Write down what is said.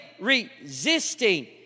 resisting